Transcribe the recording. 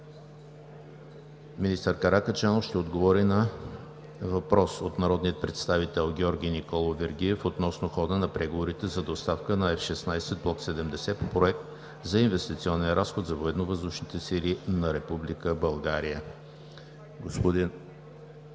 Министър Каракачанов ще отговори на въпрос от народния представител Георги Николов Вергиев относно хода на преговорите за доставка на F-16 Block 70 Проект за инвестиционен разход за Военновъздушните сили на Република България.